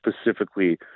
specifically